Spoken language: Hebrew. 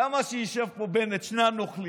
למה שישב פה בנט, שני הנוכלים?